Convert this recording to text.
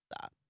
Stop